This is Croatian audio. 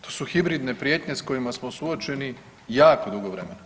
To su hibridne prijetnje s kojima smo suočeni jako dugo vremena.